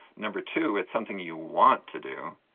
number two, it's something you want to do,